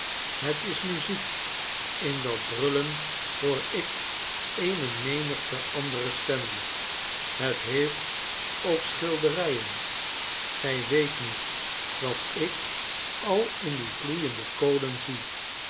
het is muziek in dat brullen hoor ik eene menigte andere stemmen het heeft ook schilderijen gij weet niet wat ik al in die gloeiende kolen zie